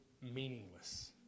meaningless